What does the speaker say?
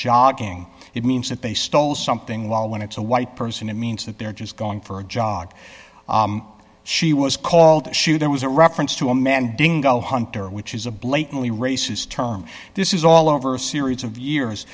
jogging it means that they stole something well when it's a white person it means that they're just going for a jog she was called shoe there was a reference to a man dingo hunter which is a blatantly racist term this is all over a series of years